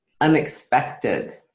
unexpected